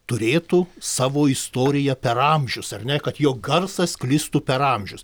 turėtų savo istoriją per amžius ar ne kad jo garsas sklistų per amžius